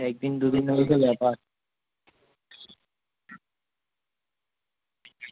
এক দিন দু দিন হলেই তো ব্যাপার